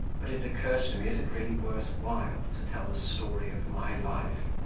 but it occurs to me, is it really worth while to tell the story of my life?